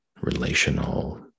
relational